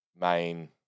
main